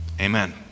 Amen